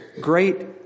great